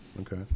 okay